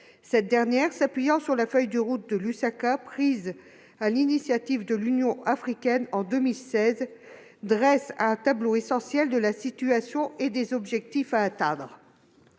Ce document, s'appuyant sur la feuille de route de Lusaka, prise sur l'initiative de l'Union africaine en 2016, dresse un tableau essentiel de la situation et des objectifs à atteindre.